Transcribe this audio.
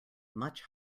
much